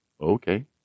okay